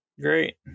Great